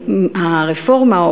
הרפורמה,